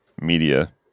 media